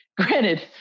granted